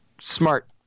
smart